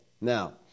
Now